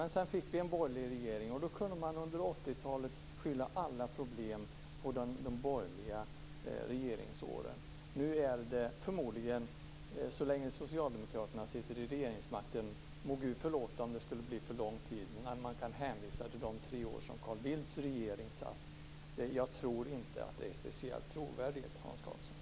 Men sedan fick vi en borgerlig regering, och då kunde man under 80-talet skylla alla problem på de borgerliga regeringsåren. Nu är det förmodligen så, så länge socialdemokraterna sitter vid regeringsmakten - må gud förlåta om det skulle bli för lång tid - att man kan hänvisa till de tre år som Carl Bildts regering satt. Jag tror inte att är speciellt trovärdigt, Hans Karlsson.